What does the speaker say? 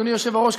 אדוני היושב-ראש,